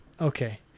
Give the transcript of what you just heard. Okay